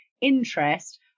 interest